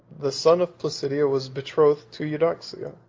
the son of placidia was betrothed to eudoxia,